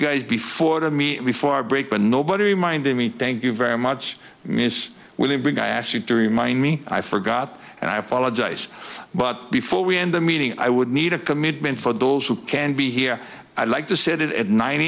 guys before to me before our break but nobody reminded me thank you very much ms williams big i ask you to remind me i forgot and i apologize but before we end the meeting i would need a commitment for those who can be here i'd like to set it at nine